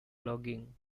logging